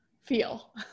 feel